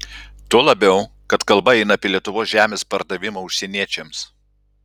tuo labiau kad kalba eina apie lietuvos žemės pardavimą užsieniečiams